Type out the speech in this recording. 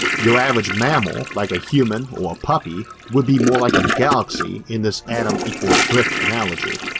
your average mammal like a human or a puppy would be more like a galaxy in this atom equals brick analogy.